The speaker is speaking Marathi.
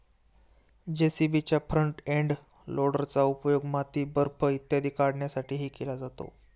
जे.सी.बीच्या फ्रंट एंड लोडरचा उपयोग माती, बर्फ इत्यादी काढण्यासाठीही केला जातो